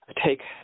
Take